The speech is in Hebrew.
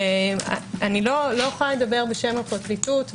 איני יכולה לדבר בשם הפרקליטות,